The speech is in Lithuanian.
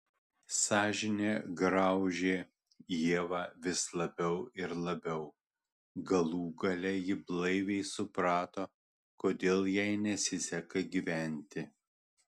sąžinė graužė ievą vis labiau ir labiau galų gale ji blaiviai suprato kodėl jai nesiseka gyventi